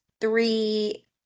three